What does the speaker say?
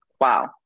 Wow